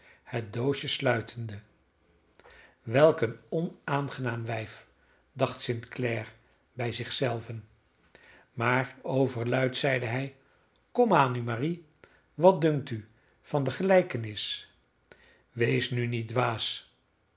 het doosje sluitende welk een onaangenaam wijf dacht st clare bij zich zelven maar overluid zeide hij komaan nu marie wat dunkt u van de gelijkenis wees nu niet dwaas